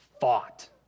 fought